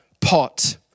pot